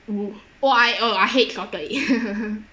!woo! oh I uh I hate salted egg